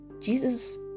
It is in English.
jesus